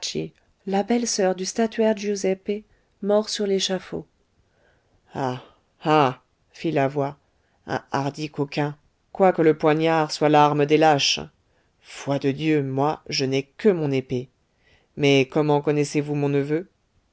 la belle-soeur du statuaire giuseppe mort sur l'échafaud ah ah fit la voix un hardi coquin quoique le poignard soit l'arme des lâches foi de dieu moi je n'ai que mon épée mais comment connaissez-vous mon neveu